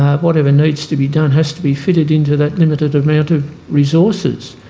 whatever needs to be done has to be fitted into that limited amount of resources.